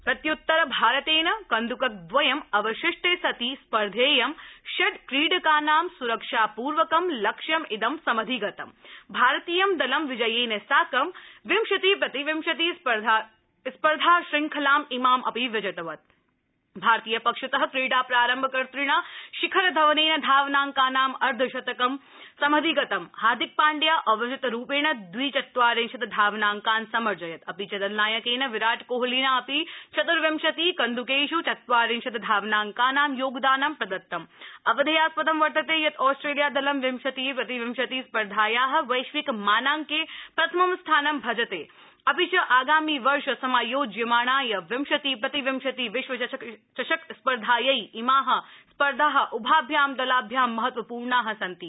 प्रत्य्तर भारतेन कन्द्रकदवयम अवशिष्टे सति स्पर्धेयं षड्क्रीडकानां स्रक्षापूर्वकं लक्ष्यमिदं समधिगतम भारतीयं दलं विजयेन साकं विंशति प्रतिविंशति स्पर्धाशंखलामिमाम अपि विजितवत भारतीय पक्षत क्रीडाप्रारम्भकर्तणा शिखर धवनेन धावनांकानां अर्धशतकम समधिगतम हार्दिकपाण्ड्या अविजितरुपेण दविचत्वारिंशत धावनांकान समर्जयत अपि च दलनायकेन विराट कोहलिना अपि चतुर्विशति कन्दुकेषु चत्वारिंशत धावनांकानां योगदानं प्रदत्तम अवधेयास्पदं वर्तते यत ऑस्ट्रेलिया दलं विंशति प्रतिविंशति स्पर्धाया वैश्विक मानांके प्रथमं स्थानं भजते अपि च आगामि वर्ष समायोज्यमाणाय विंशति प्रति विंशति विश्व चषक स्पर्धायै इमा स्पर्धा उभाभ्यां दलाभ्यां महत्वपूर्णा सन्ति